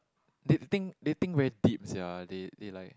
they think they think very sia they they like